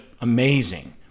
Amazing